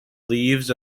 leaves